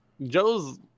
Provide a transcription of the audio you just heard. Joe's